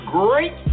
great